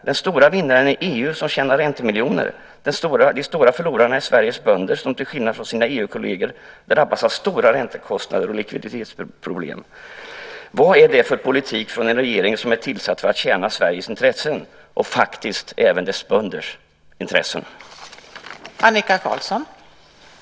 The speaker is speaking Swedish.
Den stora vinnaren är EU som tjänar räntemiljoner. De stora förlorarna är Sveriges bönder som till skillnad från sina EU-kolleger drabbas av stora räntekostnader och likviditetsproblem. Vad är det för politik från en regering som är tillsatt att tjäna Sveriges intressen och faktiskt även dess bönders intressen?